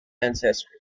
ancestry